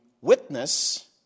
witness